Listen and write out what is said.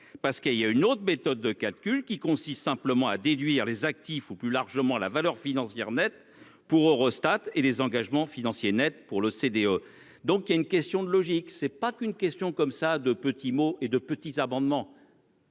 parce qu'il y a une autre méthode de calcul qui consiste simplement à déduire les actifs ou plus largement la valeur financière nette pour Eurostat et les engagements financiers nets pour l'OCDE, donc il y a une question de logique. C'est pas qu'une question comme ça de petits mots et de petits amendements.